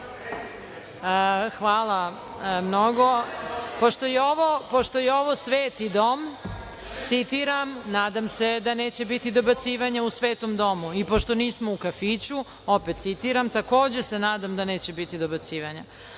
Hvala. Pošto je ovo sveti dom, citiram, nadam se da neće biti dobacivanja u svetom domu. I pošto nismo u kafiću, opet citiram, takođe se nadam da neće biti dobacivanja. Da